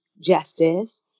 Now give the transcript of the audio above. justice